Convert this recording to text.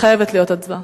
חייבת להיות הצבעה,